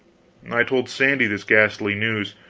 i told sandy this ghastly news.